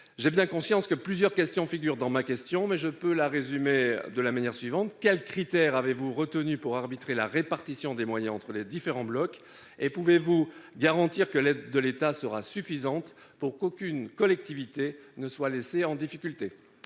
j'ai bien conscience que plusieurs interrogations figurent dans ma question, mais je peux les résumer de la manière suivante : quels critères avez-vous retenus pour arbitrer la répartition des moyens entre les différents blocs ; pouvez-vous garantir que l'aide de l'État sera suffisante pour qu'aucune collectivité ne soit laissée en difficulté ?